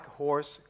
horse